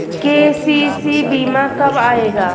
KCC बीमा कब आएगा?